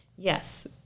Yes